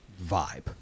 vibe